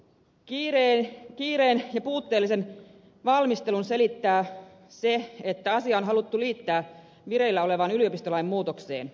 kiireen ja puutteellisen valmistelun selittää se että asia on haluttu liittää vireillä olevaan yliopistolain muutokseen